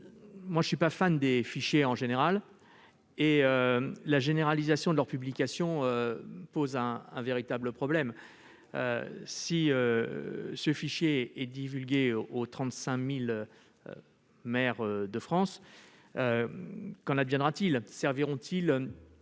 je ne suis pas fan des fichiers. Qui plus est, la généralisation de leur publication pose un véritable problème. Si ces fichiers sont divulgués aux 35 000 maires de France, qu'adviendra-t-il ? Serviront-ils,